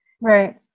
right